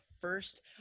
first